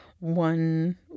One